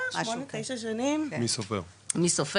שמונה שנים --- מי סופר.